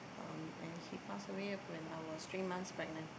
um and he passed away when I was three months pregnant